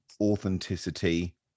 authenticity